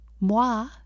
moi